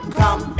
come